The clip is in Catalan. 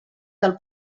del